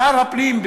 שר הפנים,